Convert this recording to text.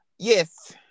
Yes